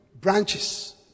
branches